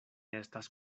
estas